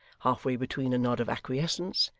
half-way between a nod of acquiescence,